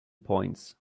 points